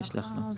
אני אשלח לו.